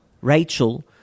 Rachel